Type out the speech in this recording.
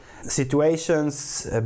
situations